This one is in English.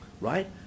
Right